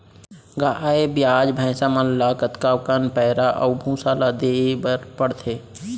गाय ब्याज भैसा मन ल कतका कन पैरा अऊ भूसा ल देये बर पढ़थे?